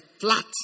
flat